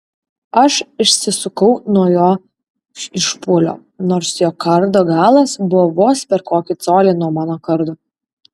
aš išsisukau nuo jo išpuolio nors jo kardo galas buvo vos per kokį colį nuo mano kardo